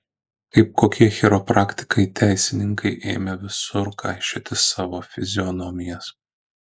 kaip kokie chiropraktikai teisininkai ėmė visur kaišioti savo fizionomijas